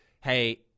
hey